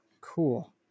cool